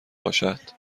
باشد